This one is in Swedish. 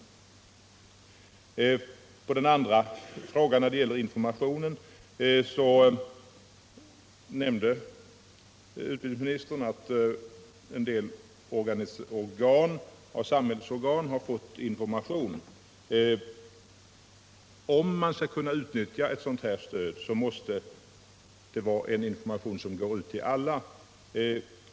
Med anledning av den andra frågan, alltså informationen, nämnde utbildningsministern att en del av samhällets organ har fått information. Om man skall kunna utnyttja ett sådant här stöd, måste det vara en information som går ut till alla.